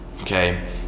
Okay